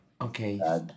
Okay